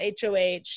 HOH